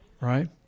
Right